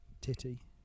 titty